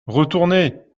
retourner